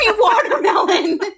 watermelon